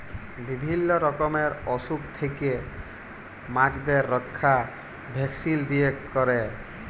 বিভিল্য রকমের অসুখ থেক্যে মাছদের রক্ষা ভ্যাকসিল দিয়ে ক্যরে